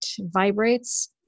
vibrates